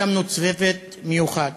הקמנו צוות מיוחד